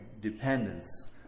dependence